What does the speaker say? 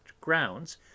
grounds